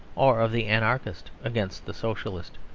or of the anarchist against the socialist.